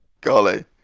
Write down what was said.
Golly